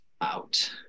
out